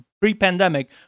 pre-pandemic